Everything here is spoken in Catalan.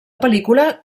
pel·lícula